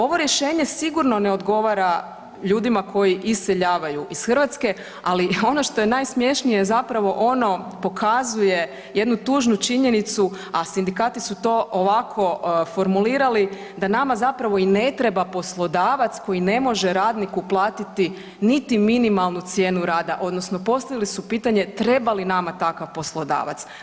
Ovo rješenje sigurno ne odgovara ljudima koji iseljavaju iz Hrvatske, ali ono što je najsmješnije je zapravo ono pokazuje jednu tužnu činjenicu, a sindikati su to ovako formulirali da nama zapravo i ne treba poslodavac koji ne može radniku platiti niti minimalnu cijenu rada odnosno postavili su pitanje treba li nama takav poslodavac?